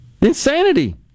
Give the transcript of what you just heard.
Insanity